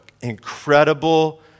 Incredible